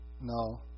No